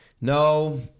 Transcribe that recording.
No